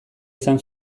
izan